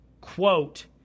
quote